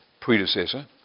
predecessor